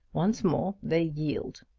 once more they yield.